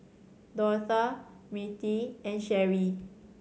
Dortha Mirtie and Sherrie